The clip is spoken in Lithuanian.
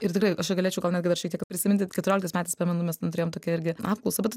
ir tikrai aš čia galėčiau gal netgi šiek tiek prisiminti keturioliktais metais pamenu mes na turėjom tokią irgi apklausą bet